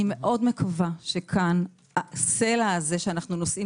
אני מקווה מאוד שכאן הסלע הזה שאנחנו נושאים